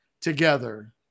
together